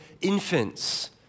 infants